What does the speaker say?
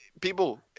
People